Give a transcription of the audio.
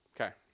Okay